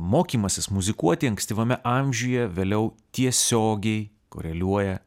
mokymasis muzikuoti ankstyvame amžiuje vėliau tiesiogiai koreliuoja